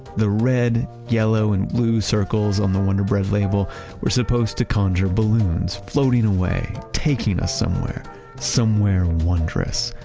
the red, yellow and blue circles on the wonder bread label were supposed to conjure balloons floating away, taking us somewhere somewhere wondrous,